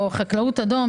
או "חקלאות אדום",